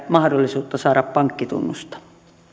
mahdollisuutta saada pankkitunnusta